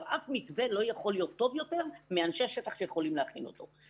גם אף מתווה לא יכול להיות טוב יותר מאנשי השטח שיכולים להכין אותו.